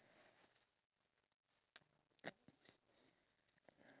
I think they don't like carrots that's why they're angry